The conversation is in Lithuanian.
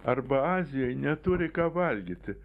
arba azijoj neturi ką valgyti